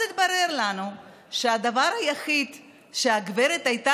אז התברר לנו שהדבר היחיד שהגברת הייתה